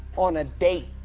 on a date.